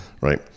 Right